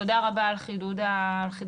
תודה רבה על חידוד הנושא.